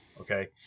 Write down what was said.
Okay